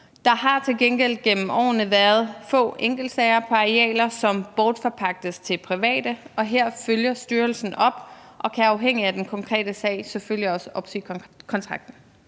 gengæld gennem årene været få enkeltsager på arealer, som bortforpagtes til private, og her følger styrelsen op og kan afhængigt af den konkrete sag selvfølgelig også opsige kontrakten.